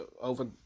Over